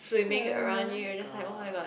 oh-my-god